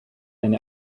eine